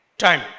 time